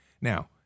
Now